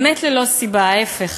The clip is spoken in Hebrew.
באמת ללא סיבה, להפך.